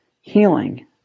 healing